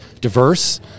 diverse